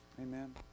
Amen